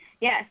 yes